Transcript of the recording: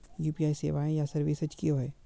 UPI सेवाएँ या services की होय?